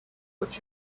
what